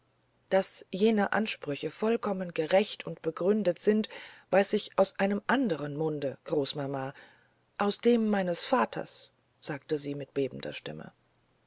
daß jene ansprüche vollkommen gerecht und begründet sind weiß ich aus einem anderen munde großmama aus dem meines vaters sagte sie mit bebender stimme